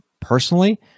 Personally